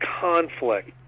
conflict